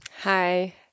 Hi